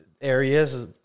areas